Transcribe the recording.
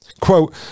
Quote